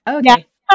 okay